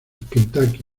kentucky